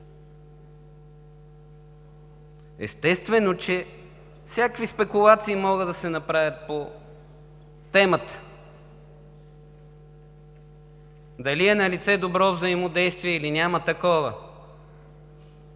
Естествено, че всякакви спекулации могат да се направят по темата – дали е налице добро взаимодействие, или няма такова,